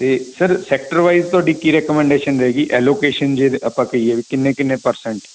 ਅਤੇ sir sector wise ਤੁਹਾਡੀ ਕੀ ਰਿਕਮੈਂਡੇਸ਼ਨ ਰਹੇਗੀ ਐਲੋਕੇਸ਼ਨ ਜੇ ਆਪਾਂ ਕਹੀਏ ਕਿੰਨੇ ਕਿੰਨੇ ਪਰਸੈਂਟ